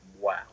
wow